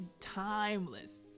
timeless